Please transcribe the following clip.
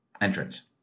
entrance